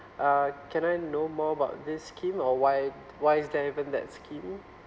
uh can I know more about this scheme or why why is there even that scheme